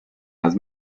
las